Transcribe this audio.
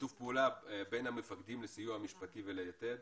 שיתף פעולה בין המפקדים לסיוע המשפטי וליתד,